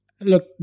Look